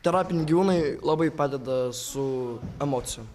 terapiniai gyvūnai labai padeda su emocijom